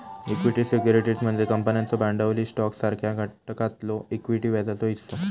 equity security म्हणजे कंपन्यांचो भांडवली स्टॉकसारख्या घटकातलो इक्विटी व्याजाचो हिस्सो